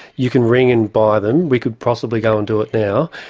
you can ring and buy them. we could possibly go and do it now.